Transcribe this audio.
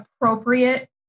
appropriate